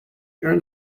earned